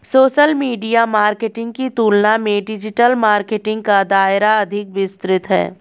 social media marketing की तुलना में डिजिटल मार्केटिंग का दायरा अधिक विस्तृत है